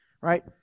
right